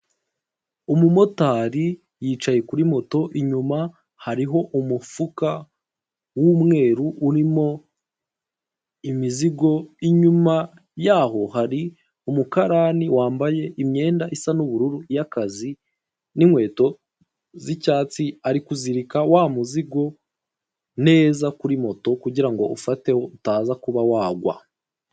Umumotari yicaye kuri moto inyuma hariho umufuka w'umweru urimo imizigo, inyuma yaho hari umukarani wambaye imyenda isa n'ubururu yakazi n'inkweto zicyatsi, ari kuzirika wa muzigo neza kuri moto kugira ngo ufate utaza kuba wagwa.